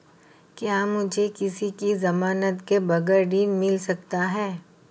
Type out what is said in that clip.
क्या मुझे किसी की ज़मानत के बगैर ऋण मिल सकता है?